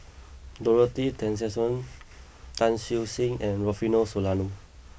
Dorothy Tessensohn Tan Siew Sin and Rufino Soliano